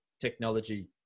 technology